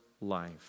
life